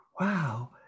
wow